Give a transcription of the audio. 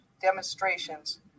demonstrations